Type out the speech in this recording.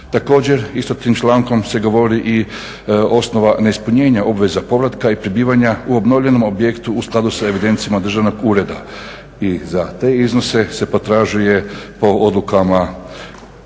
Također, isto tim člankom se govori i osnova neispunjenja obveza povratka i prebivanja u obnovljenom objektu u skladu sa evidencijama državnog ureda i za iznose se potražuje po odlukama